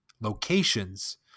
locations